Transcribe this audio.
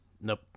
Nope